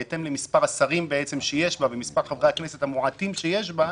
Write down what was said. בהתאם למספר השרים שיש בה ומספר חברי הכנסת המועטים שיש בה,